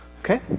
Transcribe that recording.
okay